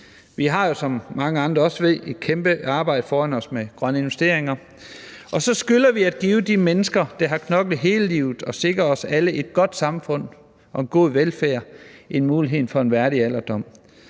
Vi har jo, som mange andre også ved, et kæmpe arbejde foran os i forhold til grønne investeringer. Og så skylder vi at give de mennesker, der har knoklet hele livet og sikret os alle et godt samfund og en god velfærd, muligheden for en værdig alderdom.